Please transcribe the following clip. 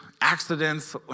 accidents